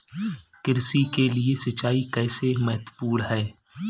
कृषि के लिए सिंचाई कैसे महत्वपूर्ण है?